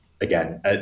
again